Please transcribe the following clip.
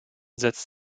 setzt